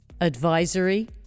Advisory